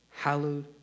Hallowed